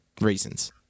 reasons